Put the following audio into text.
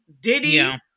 Diddy